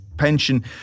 pension